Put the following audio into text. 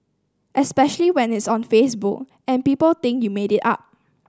especially when it's on Facebook and people think you made it up